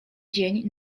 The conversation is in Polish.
dzień